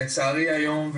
לצערי היום,